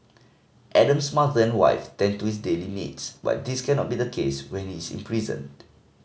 Adam's mother and wife tend to his daily needs but this cannot be the case when he is imprisoned